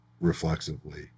reflexively